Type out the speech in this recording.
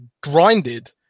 grinded